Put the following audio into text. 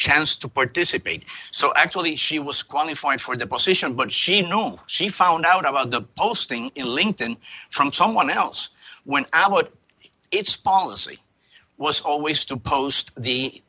chance to participate so actually she was qualified for the position but she no she found out about the posting linked in from someone else when i what its policy was always to post the